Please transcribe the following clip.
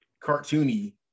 cartoony